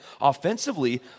offensively